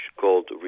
called